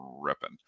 ripping